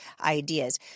ideas